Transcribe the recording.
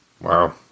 Wow